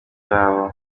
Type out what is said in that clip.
babo